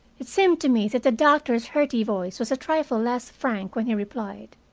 it seemed to me that the doctor's hearty voice was a trifle less frank when he replied.